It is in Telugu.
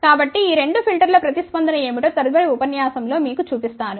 కాబట్టి ఈ రెండు ఫిల్టర్ల ప్రతిస్పందన ఏమిటో తదుపరి ఉపన్యాసం లో మీకు చూపిస్తాను